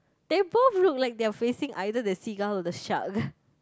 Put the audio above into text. they both look like they are facing either the seagull or the shark